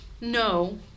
no